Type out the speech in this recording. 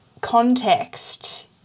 context